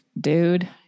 dude